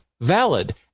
valid